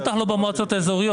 בטח לא במועצות האזוריות.